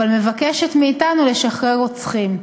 אבל מבקשת מאתנו לשחרר רוצחים.